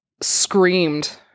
screamed